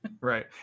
Right